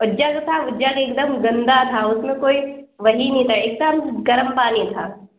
اور جگ تھا وہ جگ ایک دم گندا تھا اس میں کوئی وہی نہیں تھا اتنا گرم پانی تھا